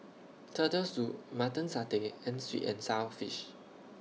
Turtle Soup Mutton Satay and Sweet and Sour Fish